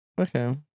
Okay